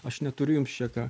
aš neturiu jums čia ką